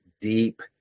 deep